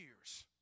years